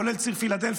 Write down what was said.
כולל ציר פילדלפי,